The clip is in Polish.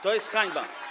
To jest hańba.